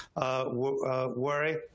worry